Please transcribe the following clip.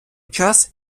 час